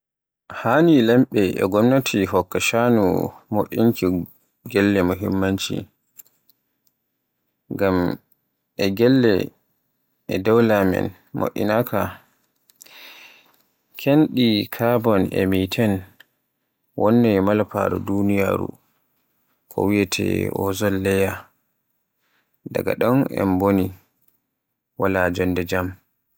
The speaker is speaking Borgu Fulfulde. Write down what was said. Haani lamɓe e gomnaati hokka sha'anu mo'inki gelle mihimmaci. ngam e gelle e dowla men mo'inaaka, kenɗi Carbon, e Methene wonnay malafaare duniya, ko wiyeete ozone leya. Daga ɗon en boni. Wala jonnde jam.